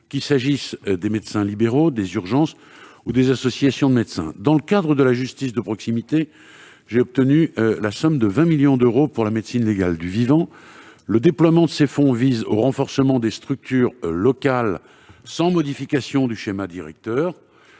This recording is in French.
qu'il s'agisse des médecins libéraux, des urgences ou des associations de médecins. Dans le cadre de la justice de proximité, j'ai obtenu la somme de 20 millions d'euros pour la médecine légale du vivant. Le déploiement de ces fonds vise au renforcement des structures locales, sans modification du schéma directeur.